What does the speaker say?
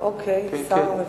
אוקיי, שר הרווחה.